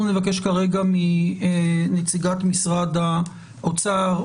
אנחנו נבקש מנציגת משרד האוצר,